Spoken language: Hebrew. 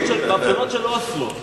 בבחירות של אוסלו.